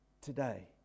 Today